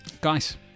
Guys